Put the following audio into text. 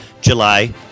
July